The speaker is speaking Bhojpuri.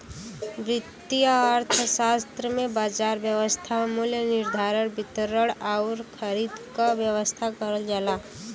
वित्तीय अर्थशास्त्र में बाजार व्यवस्था मूल्य निर्धारण, वितरण आउर खरीद क व्यवस्था करल जाला